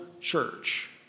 church